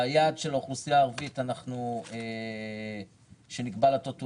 היעד של האוכלוסייה הערבית שנקבע לטוטו